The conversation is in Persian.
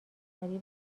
سریع